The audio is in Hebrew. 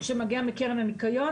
שמגיעה מקרן הניקיון,